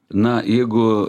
na jeigu